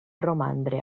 romandre